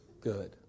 good